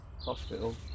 hospital